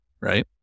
right